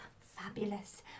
Fabulous